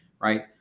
Right